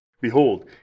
Behold